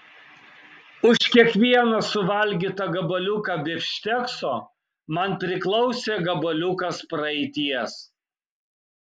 už kiekvieną suvalgytą gabaliuką bifštekso man priklausė gabaliukas praeities